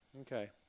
Okay